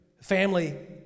family